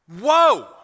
whoa